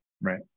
right